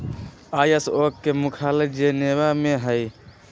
ISO के मुख्यालय Geneva में हइ